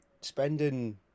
spending